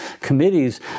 committees